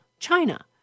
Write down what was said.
China